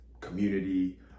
community